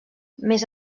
més